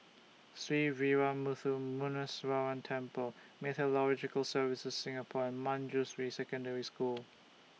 Sree Veeramuthu Muneeswaran Temple Meteorological Services Singapore and Manjusri Secondary School